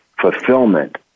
fulfillment